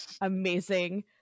amazing